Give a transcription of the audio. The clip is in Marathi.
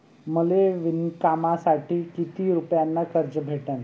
मले विणकामासाठी किती रुपयानं कर्ज भेटन?